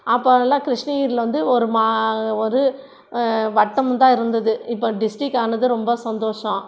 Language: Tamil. அப்போலாம் கிருஷ்ணகிரியில் ஒரு மா ஒரு வட்டம்தான் இருந்தது இப்போ டிஸ்டிரிக்கானது ரொம்ப சந்தோஷம்